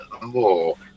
More